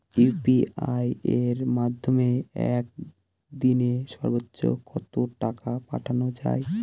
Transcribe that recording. UPI এর মাধ্যমে এক দিনে সর্বচ্চ কত টাকা পাঠানো যায়?